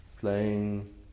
playing